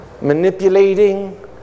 manipulating